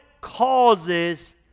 causes